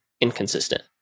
inconsistent